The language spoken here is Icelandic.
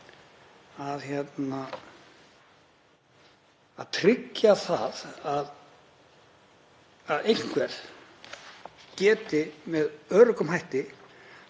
að tryggja að einhver geti með öruggum hætti